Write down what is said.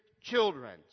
children